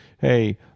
hey